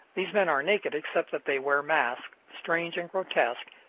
these men are naked except that they wear masks, strange and grotesque,